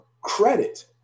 credit